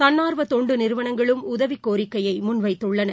தன்னார்வதொண்டுநிறுவனங்களும் உதவிக் கோரிக்கையைமுன்வைத்துள்ளன